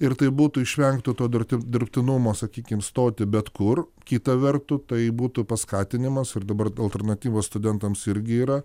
ir taip būtų išvengta to durti dirbtinumo sakykim stoti bet kur kita vertu tai būtų paskatinimas ir dabar alternatyvos studentams irgi yra